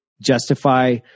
justify